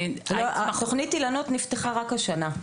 תוכנית אילנות נפתחה רק השנה.